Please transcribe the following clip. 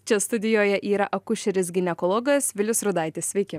čia studijoje yra akušeris ginekologas vilius rudaitis sveiki